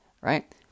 right